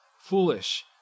foolish